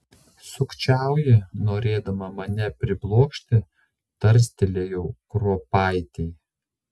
sukčiauji norėdama mane priblokšti tarstelėjau kruopaitei